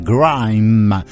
Grime